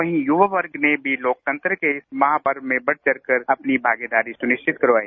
वहीं युवा वर्ण ने भी लोकतंत्र के इस महापर्व में बढ़ चढ़कर अपनी भागीदारी सुनिश्चित करवाई